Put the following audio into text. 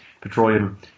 petroleum